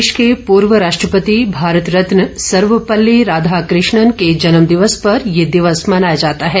देश के पूर्व राष्ट्रपति भारत रत्न सर्वपल्ली राधाकृष्णन के जन्म दिवस पर ये दिवस मनाया जाता है